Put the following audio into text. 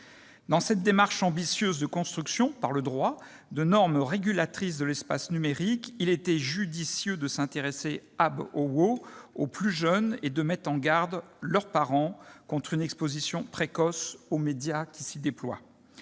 Dans cette démarche ambitieuse de construction, par le droit, de normes régulatrices de l'espace numérique, il était judicieux de s'intéresser,, aux plus jeunes et de mettre en garde leurs parents contre une exposition précoce aux médias qui s'y déploient.